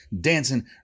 dancing